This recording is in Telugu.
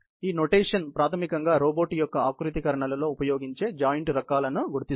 సంజ్ఞామానం ప్రాథమికంగా రోబోట్ యొక్క ఆకృతీకరణలో ఉపయోగించే జాయింట్ రకాలను గుర్తిస్తుంది